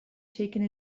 taking